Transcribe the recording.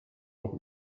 noch